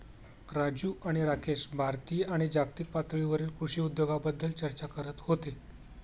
राजू आणि राकेश भारतीय आणि जागतिक पातळीवरील कृषी उद्योगाबद्दल चर्चा करत होते